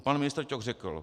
Pan ministr řekl: